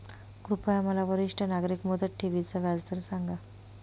कृपया मला वरिष्ठ नागरिक मुदत ठेवी चा व्याजदर सांगा